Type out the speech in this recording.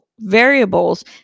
variables